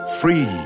Free